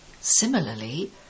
similarly